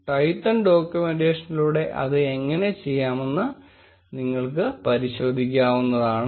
Twython ഡോക്യുമെന്റേഷനിലൂടെ അത് എങ്ങനെ ചെയ്യാമെന്ന് നിങ്ങൾക്ക് പരിശോധിക്കാവുന്നതാണ്